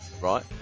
Right